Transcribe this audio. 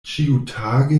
ĉiutage